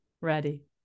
Ready